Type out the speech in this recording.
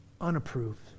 unapproved